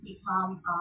become